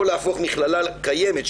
או להפוך מכללה קיימת,